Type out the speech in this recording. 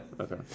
Okay